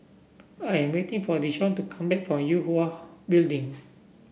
I am waiting for Deshawn to come back from Yue Hwa Building